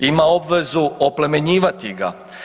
Ima obvezu oplemenjivati ga.